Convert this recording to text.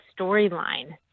storyline